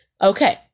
Okay